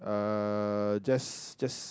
uh just just